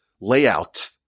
layout